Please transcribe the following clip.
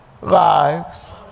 lives